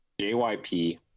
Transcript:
jyp